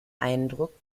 eindruck